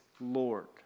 Lord